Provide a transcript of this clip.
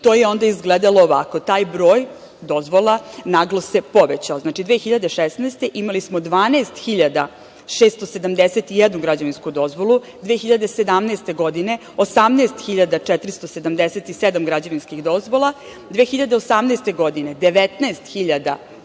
to je onda izgledalo ovako, taj broj dozvola naglo se povećao. Znači, 2016. godine imali smo 12.671 građevinsku dozvolu, 2017. godine 18.477 građevinskih dozvola, 2018. godine 19.484